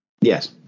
Yes